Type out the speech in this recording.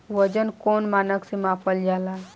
वजन कौन मानक से मापल जाला?